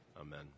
Amen